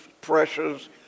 pressures